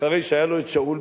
אחרי שהיה לו שאול.